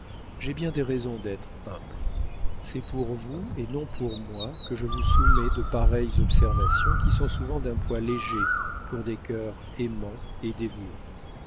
j'ai bien des raisons d'être humble c'est pour vous et non pour moi que je vous soumets de pareilles observations qui sont souvent d'un poids léger pour des cœurs aimants et dévoués